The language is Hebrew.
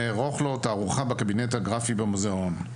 אערוך לו תערוכה בקבינט הגרפי במוזיאון.